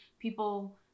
People